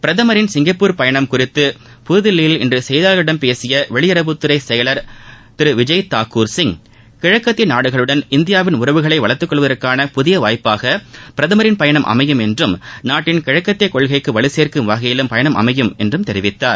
பிரதமரின் சிங்கப்பூர் பயணம் குறித்து புதுதில்லியில் இன்று செய்தியாளர்களிடம் பேசிய வெளியுறவுத்துறை செயலர் திரு விஜயதாக்கூர் சிங் கிழக்கத்திய நாடுகளுடன் இந்தியாவின் உறவுகளை வளர்த்துக் கொள்வதற்கான புதிய வாய்ப்பாக பிரதமரின் பயணம் அமையும் என்றும் நாட்டின் கிழக்கத்திய கொள்கைக்கு வலுசேர்க்கும் வகையிலும் பயணம் அமையும் என்றும் தெரிவித்தார்